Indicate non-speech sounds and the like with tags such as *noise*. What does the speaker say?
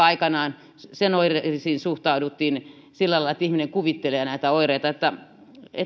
*unintelligible* aikanaan suhtauduttiin sillä lailla että ihminen kuvittelee näitä oireita